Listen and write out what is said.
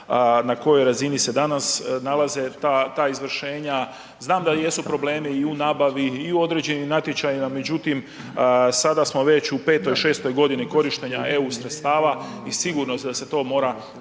na kojoj razini se danas nalaze ta izvršenja, znam da jesu problemi i u nabavi i u određenim natječajima, međutim sada smo već u 5, 6 godini korištenja EU sredstava i sigurno da se to mora